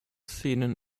szenen